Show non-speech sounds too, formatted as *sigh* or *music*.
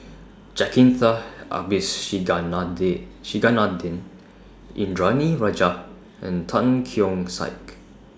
Jacintha *unintelligible* Indranee Rajah and Tan Keong Saik